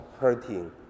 hurting